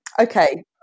Okay